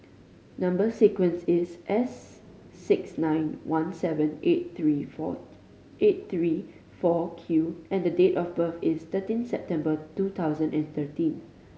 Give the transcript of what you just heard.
number sequence is S six nine one seven eight three four eight three four Q and the date of birth is thirteen September two thousand and thirteen